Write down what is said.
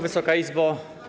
Wysoka Izbo!